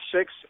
six